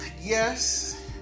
Yes